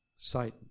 Satan